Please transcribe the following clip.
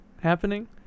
happening